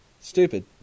stupid